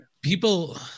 People –